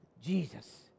Jesus